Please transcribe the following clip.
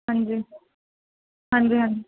ਹਾਂਜੀ ਹਾਂਜੀ ਹਾਂਜੀ